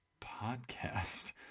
podcast